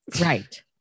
Right